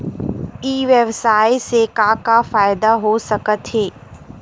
ई व्यवसाय से का का फ़ायदा हो सकत हे?